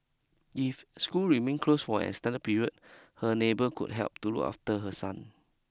if school remain closed for an extended period her neighbour could help to look after her son